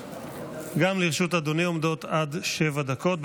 גם לרשות אדוני עומדות עד שבע דקות.